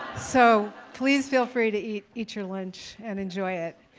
so please feel free to eat eat your lunch and enjoy it.